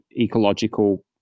ecological